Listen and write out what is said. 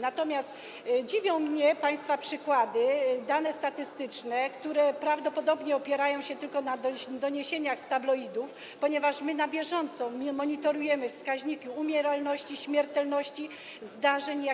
Natomiast dziwią mnie państwa przykłady, dane statystyczne, które prawdopodobnie opierają się tylko na doniesieniach z tabloidów, ponieważ my na bieżąco monitorujemy wskaźniki umieralności, śmiertelności, zdarzeń